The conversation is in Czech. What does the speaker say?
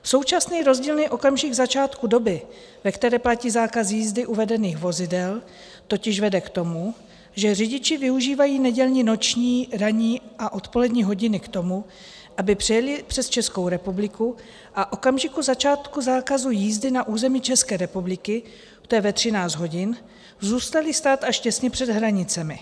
Současný rozdílný okamžik začátku doby, ve které platí zákaz jízdy uvedených vozidel, totiž vede k tomu, že řidiči využívají nedělní noční, ranní a odpolední hodiny k tomu, aby přejeli přes Českou republiku a v okamžiku začátku zákazu jízdy na území České republiky, to je ve 13 hodin, zůstali stát až těsně před hranicemi.